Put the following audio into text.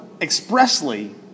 expressly